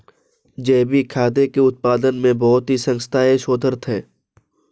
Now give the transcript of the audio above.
जैविक खाद्य के उत्पादन में बहुत ही संस्थाएं शोधरत हैं